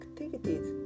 activities